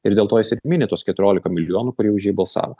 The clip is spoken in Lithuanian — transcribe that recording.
ir dėl to jis ir mini tuos keturiolika milijonų kurie už jį balsavo